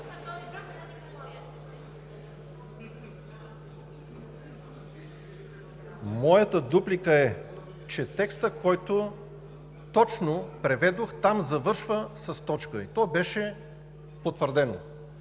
Моята дуплика е, че текстът, който точно преведох, там завършва с точка. И то беше потвърдено.